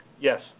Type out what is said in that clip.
Yes